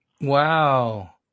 Wow